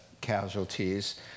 casualties